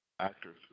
Actors